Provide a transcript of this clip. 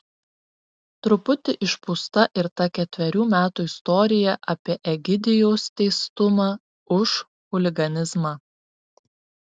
truputį išpūsta ir ta ketverių metų istorija apie egidijaus teistumą už chuliganizmą